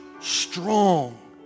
strong